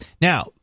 Now